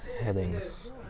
headings